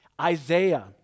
Isaiah